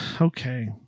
okay